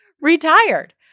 Retired